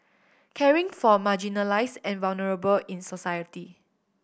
caring for marginalised and vulnerable in society